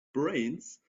brains